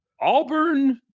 Auburn